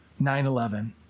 9-11